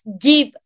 give